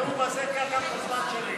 בנאום הזה קח גם את הזמן שלי.